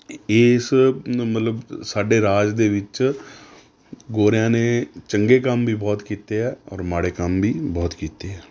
ਇਹ ਇਸ ਮ ਮਤਲਬ ਸਾਡੇ ਰਾਜ ਦੇ ਵਿੱਚ ਗੋਰਿਆਂ ਨੇ ਚੰਗੇ ਕੰਮ ਵੀ ਬਹੁਤ ਕੀਤੇ ਆ ਔਰ ਮਾੜੇ ਕੰਮ ਵੀ ਬਹੁਤ ਕੀਤੇ ਆ